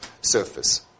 surface